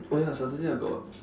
oh ya saturday I got